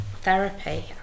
therapy